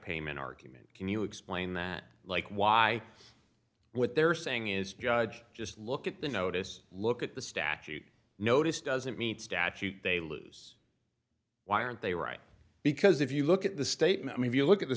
payment argument can you explain that like why what they're saying is judge just look at the notice look at the statute notice doesn't meet statute they lose why aren't they right because if you look at the statement if you look at the